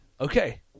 Okay